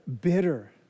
bitter